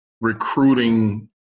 recruiting